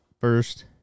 first